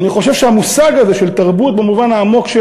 אני חושב שהמושג הזה של תרבות במובן העמוק של